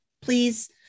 please